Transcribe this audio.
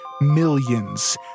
millions